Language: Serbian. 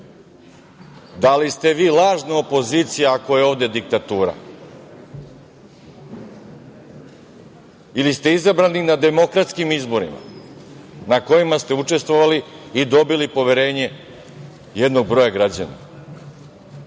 Da li ste vi lažna opozicija, ako je ovde diktatura? Ili ste izabrani na demokratskim izborima na kojima ste učestvovali i dobili poverenje jednog broja građana?